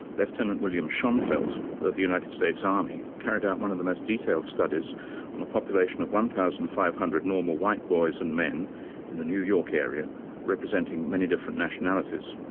lieutenant william schonfeld of the united states army carried out one of the most detailed studies on a population of one thousand five hundred normal white boys and men in the new york area representing many different nationalities.